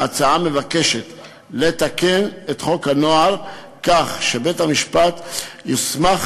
ההצעה היא לתקן את חוק הנוער כך שבית-המשפט יוסמך,